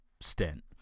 stint